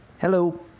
Hello